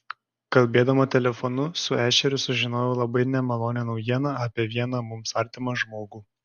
kalbėdama telefonu su ešeriu sužinojau labai nemalonią naujieną apie vieną mums artimą žmogų